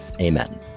Amen